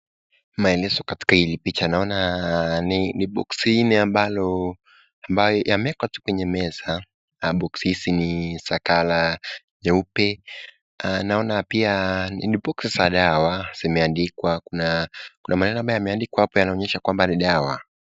Maelezo katika hili picha naona ni box ambaye yamewekwatu kwenye meza [box] hizi ni za colour, nyeupe naona pia ni box za dawa zimeandikwa kuna maneno ambaye yameandikwa inaonyesha kwamba ni dawa.